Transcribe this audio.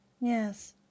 Yes